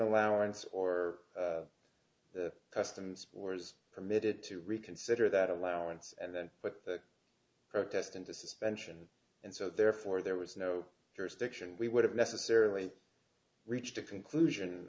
allowance or the customs borders permitted to reconsider that allowance and then put protest into suspension and so therefore there was no jurisdiction we would have necessarily reached a conclusion